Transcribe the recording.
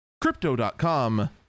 Crypto.com